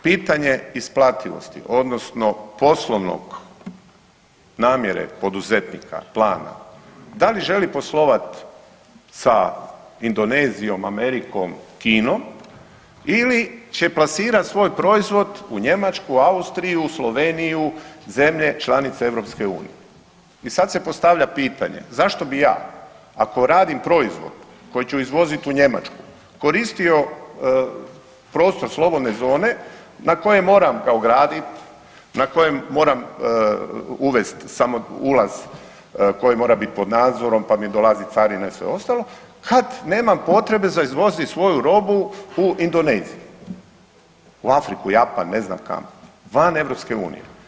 Pitanje isplativosti, odnosno poslovnog namjere poduzetnika plana, da li želi poslovati sa Indonezijom, Amerikom, Kinom ili će plasirati svoj proizvod u Njemačku, Austriju, Sloveniju, zemlje članice EU i sad se postavlja pitanje, zašto bi ja, ako radim proizvod koji ću izvoziti u Njemačku, koristio prostor slobodne zone na kojoj moram kao graditi, na kojem moram uvesti samo ulaz koji mora biti pod nadzorom, pa mi dolazi carina i sve ostalo, kad nemam potrebe za izvozit svoju robu u Indoneziju, u Afriku, Japan ne znam kam, van EU.